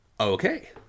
Okay